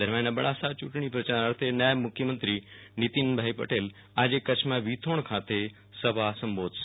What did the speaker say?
દરમ્યાન અબડાસા યુંટણી પ્રચાર અર્થે નાયબ મુખ્યમંત્રી નીતિનભાઈ પટેલ આજે કચ્છમાં વિથોણ ખાતે સભા સંબોધશે